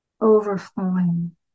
overflowing